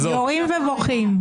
יורים ובוכים.